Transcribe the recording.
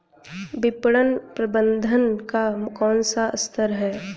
विपणन प्रबंधन का कौन सा स्तर है?